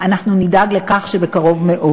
אנחנו נדאג לכך שבקרוב מאוד.